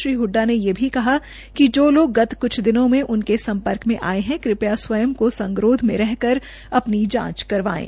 श्री हड्डा ने ये कहा कि लोग गत दिनों में उनके सम्पर्क में आये है कृपया स्वयं संगरोध में रहकर अपनी जांच करवायें